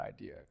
idea